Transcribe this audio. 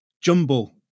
jumble